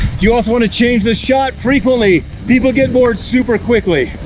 you also wanna change the shot frequently. people get bored super quickly.